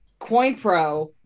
CoinPro